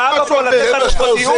אם הוא תקף את האזרחים על מסכה הוא סרח.